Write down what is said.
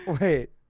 Wait